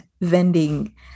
vending